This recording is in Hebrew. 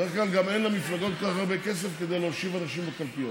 בדרך כלל גם אין למפלגות כל כך הרבה כסף להושיב אנשים בקלפיות,